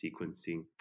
sequencing